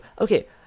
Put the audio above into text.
okay